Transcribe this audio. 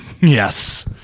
Yes